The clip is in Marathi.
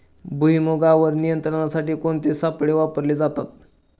भुईमुगावर नियंत्रणासाठी कोणते सापळे वापरले जातात?